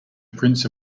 prints